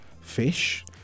fish